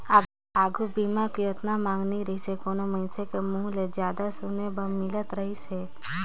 आघू बीमा के ओतना मांग नइ रहीसे कोनो मइनसे के मुंहूँ ले जादा सुने बर नई मिलत रहीस हे